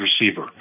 receiver